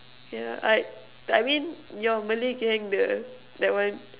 yeah I I mean your Malay gang the that one